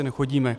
Nechodíme.